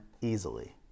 easily